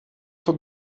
für